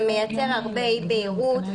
זה מייצר הרבה אי בהירות.